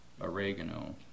oregano